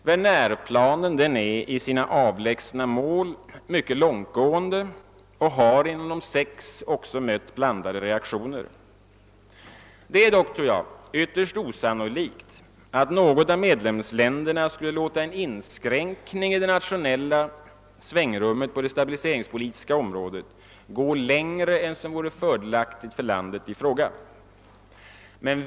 Wernerplanen är i sina avlägsna mål mycket långtgående och har inom De sex också mött blandade reaktioner. Det är dock, tror jag, ytterst osannolikt, att något av medlemsländerna skulle låta en inskränkning i det nationella svängrummet på det stabiliseringspolitiska området gå längre än som vore fördelaktigt för landet i fråga.